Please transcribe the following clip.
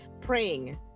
praying